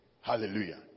Hallelujah